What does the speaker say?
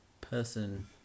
person